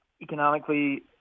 Economically